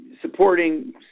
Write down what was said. supporting